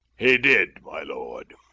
he did, my lord.